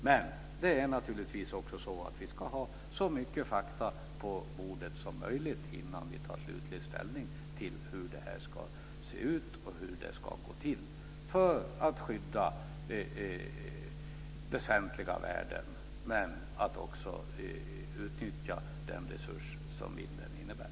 Men vi ska naturligtvis för att skydda väsentliga värden och för att utnyttja den resurs som vinden är ha så mycket fakta på bordet som möjligt innan vi tar slutlig ställning till hur det ska gå till.